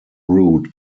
route